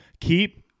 Keep